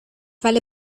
vale